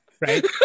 right